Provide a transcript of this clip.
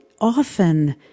often